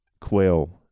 quail